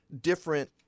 different